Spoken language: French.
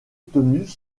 obtenus